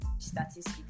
statistics